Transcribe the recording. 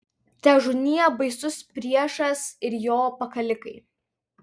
težūnie baisus priešas ir jo pakalikai